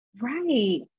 Right